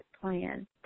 plan